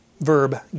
verb